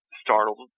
startled